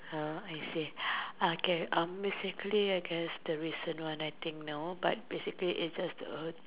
uh I see okay um basically I guess the recent one I think no but basically it's just a